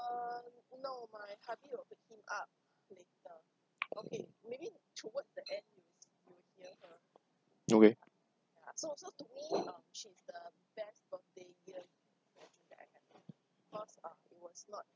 okay